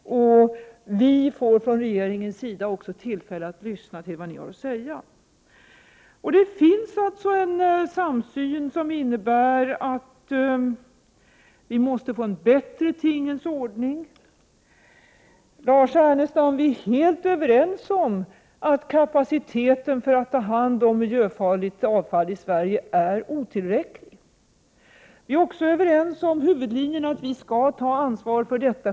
Vi från regeringens sida får då också tillfälle att lyssna till vad ni har att säga. Det finns en samsyn som innebär att vi måste få en bättre ordning. Lars Ernestam, vi är helt överens om att kapaciteten för att ta hand om miljöfarligt avfall i Sverige är otillräcklig. Vi är också överens om huvudlinjen, att vi själva skall ta ansvar för detta.